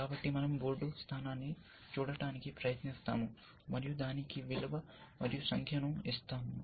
కాబట్టి మనం బోర్డు స్థానాన్ని చూడటానికి ప్రయత్నిస్తాము మరియు దానికి విలువ మరియు సంఖ్యను ఇస్తాము